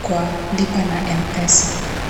kwa Lipa na mpesa.